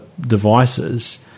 devices